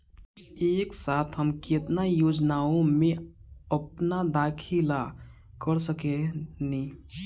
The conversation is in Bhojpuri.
एक साथ हम केतना योजनाओ में अपना दाखिला कर सकेनी?